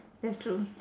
that's true